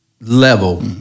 level